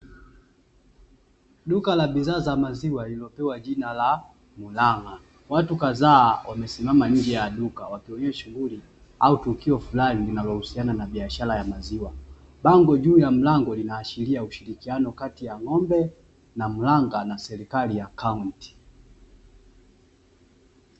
Duka la bidhaa za maziwa lililopewa jina la "murang" watu kadhaa wamesimama nje ya duka wakionyesha shughuli au tukio fulani linalohusiana na biashara ya maziwa, bango juu ya mlango linaashiria ushirikiano kati ya ng'ombe na mrang`a na serikali ya kaunti.